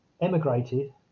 emigrated